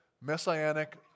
Messianic